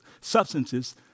substances